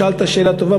שאלת שאלה טובה,